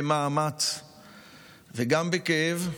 במאמץ וגם בכאב,